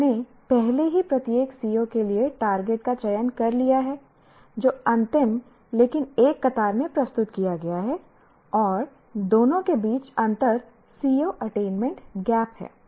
हमने पहले ही प्रत्येक CO के लिए टारगेट का चयन कर लिया है जो अंतिम लेकिन एक कतार में प्रस्तुत किया गया है और दोनों के बीच अंतर CO अटेनमेंट गैप है